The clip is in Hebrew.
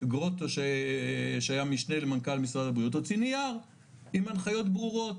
גרוטו שהיה המשנה למנכ"ל משרד הבריאות הוציא נייר עם הנחיות ברורות